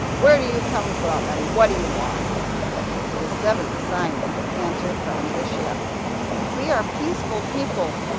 where do you come from, and what do you want the seventh simon answered from the ship we are peaceful people.